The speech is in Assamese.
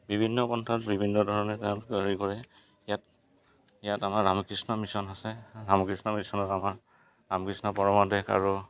বিভিন্ন পন্থাত বিভিন্ন ধৰণে তেওঁকোলে হেৰি কৰে ইয়াত ইয়াত আমাৰ ৰামকৃষ্ণ মিছন আছে ৰামকৃষ্ণ মিছনত আমাৰ ৰামকৃষ্ণ পৰম দেশ আৰু